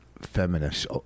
feminist